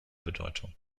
bedeutung